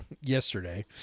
yesterday